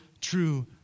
true